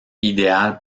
idéal